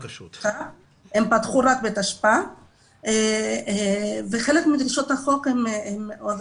פתחו רק בתשפ"א וחלק מדרישות החוק הם עוד